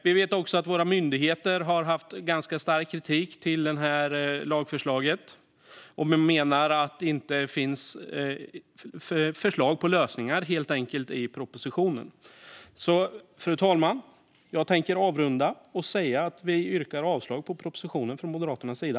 Vi vet också att våra myndigheter har framfört ganska skarp kritik mot detta lagförslag och menar att det helt enkelt inte finns förslag till lösningar i propositionen. Så, fru talman, jag tänker avrunda och säga att vi yrkar avslag på propositionen från Moderaternas sida.